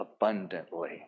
abundantly